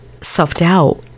self-doubt